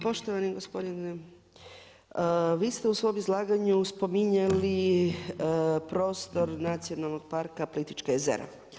Poštovani gospodine, vi ste u svom izlaganju spominjali prostor Nacionalnog parka Plitvička jezera.